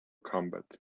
combat